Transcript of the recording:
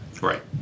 Right